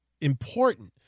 important